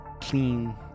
Clean